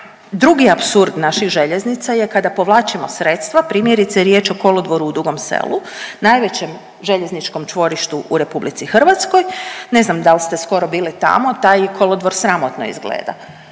drugi apsurd naših željeznica je kada povlačimo sredstva, primjerice je riječ o kolodvoru u Dugom Selu, najvećem željezničkom čvorištu u Republici Hrvatskoj. Ne znam da li ste skoro bili tamo. Taj kolodvor sramotno izgleda.